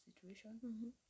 situation